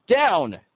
down